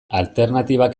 alternatibak